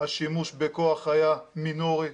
השימוש בכוח היה מינורי,